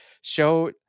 show